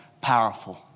powerful